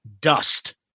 dust